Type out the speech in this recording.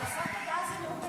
הנדסת תודעה זה נאום בן דקה.